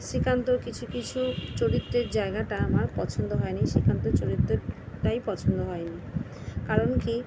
শ্রীকান্তর কিছু কিছু চরিত্রের জায়গাটা আমার পছন্দ হয় নি শ্রীকান্ত চরিত্রটাই পছন্দ হয় নি কারণ কী